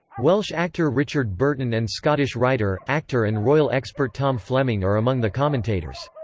welsh actor richard burton and scottish writer, actor and royal expert tom fleming are among the commentators.